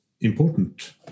important